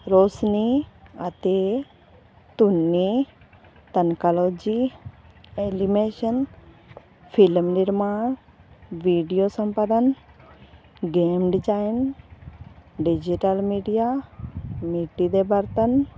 ਰੋਸ਼ਨੀ ਅਤੇ ਧੁੰਨੀ ਤਨਕਾਲੋਜੀ ਐਲੀਮੈਂਸ਼ਨ ਫਿਲਮ ਨਿਰਮਾਣ ਵੀਡੀਓ ਸੰਪਾਦਨ ਗੇਮ ਡਿਜ਼ਾਇਨ ਡਿਜੀਟਲ ਮੀਡੀਆ ਮਿੱਟੀ ਦੇ ਬਰਤਨ